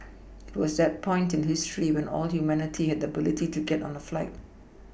it was that point in history where all of humanity had the ability to get on a flight